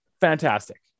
fantastic